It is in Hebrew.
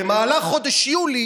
במהלך חודש יולי